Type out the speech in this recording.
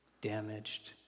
damaged